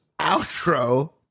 Outro